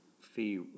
fee